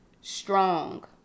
strong